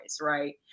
Right